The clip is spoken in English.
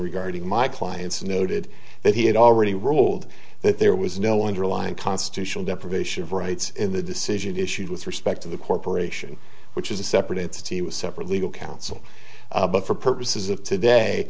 regarding my client's noted that he had already ruled that there was no underlying constitutional deprivation of rights in the decision issued with respect to the corporation which is a separate entity with separate legal counsel but for purposes of today